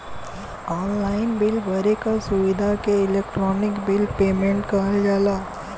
online bill भरे क सुविधा के इलेक्ट्रानिक बिल पेमेन्ट कहल जाला